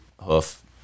hoof